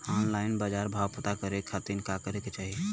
Online बाजार भाव पता करे के खाती का करे के चाही?